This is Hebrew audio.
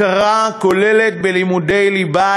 הכרה כוללת בלימודי ליבה,